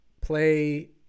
play